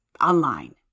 online